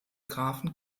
grafen